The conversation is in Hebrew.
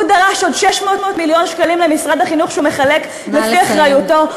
הוא דרש עוד 600 מיליון שקלים למשרד החינוך שהוא מחלק לפי אחריותו.